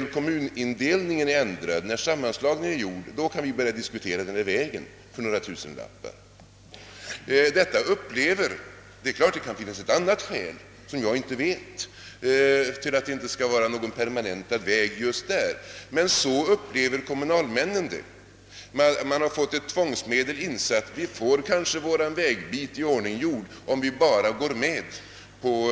När kommunindelningen ändrats och sammanslagningen gjorts kunde de börja diskutera den här vägen som alltså skulle kosta några tusenlappar. Det är klart att det kan finnas ett annat skäl som jag inte känner till för att det inte skall vara någon permanentad väg just där, men så här upplever kommunalmännen saken. Man har känt det som ett tvång: vi får kanske vår väg om vi bara går med på